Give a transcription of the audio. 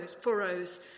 furrows